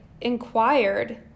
inquired